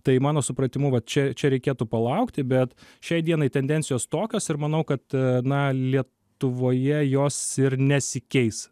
tai mano supratimu vat čia čia reikėtų palaukti bet šiai dienai tendencijos tokios ir manau kad na lietuvoje jos ir nesikeis